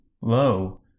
lo